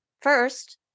first